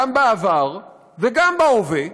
גם בעבר וגם בהווה,